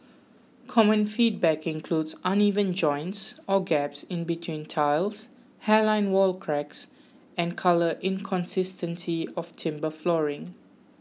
common feedback includes uneven joints or gaps in between tiles hairline wall cracks and colour inconsistency of timber flooring